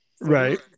right